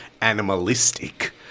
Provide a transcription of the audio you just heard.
animalistic